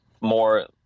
more